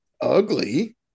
ugly